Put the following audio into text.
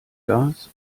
gas